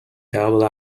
double